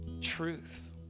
truth